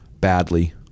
badly